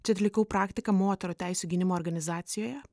čia atlikau praktiką moterų teisių gynimo organizacijoje